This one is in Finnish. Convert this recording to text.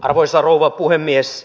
arvoisa rouva puhemies